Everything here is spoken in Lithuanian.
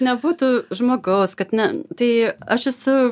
nebūtų žmogaus kad ne tai aš esu